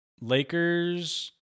Lakers